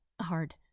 Hard